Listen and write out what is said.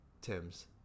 Tim's